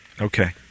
Okay